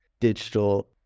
digital